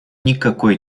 никакой